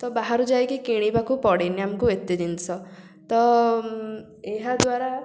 ତ ବାହାରୁ ଯାଇକି କିଣିବାକୁ ପଡ଼େନି ଆମକୁ ଏତେ ଜିନିଷ ତ ଏହାଦ୍ୱାରା